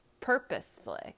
purposefully